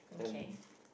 and